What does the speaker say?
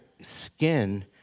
skin